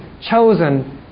chosen